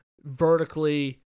vertically